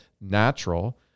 natural